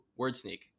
WordSneak